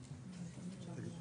3(3)(4).